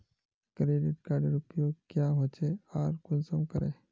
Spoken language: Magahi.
क्रेडिट कार्डेर उपयोग क्याँ होचे आर कुंसम करे?